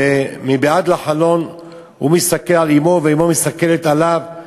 ומבעד לחלון הוא מסתכל על אמו ואמו מסתכלת עליו.